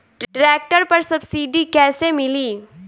Tractor पर subsidy कैसे मिली?